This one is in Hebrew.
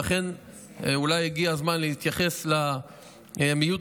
ולכן אולי הגיע הזמן להתייחס למיעוט